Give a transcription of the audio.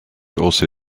also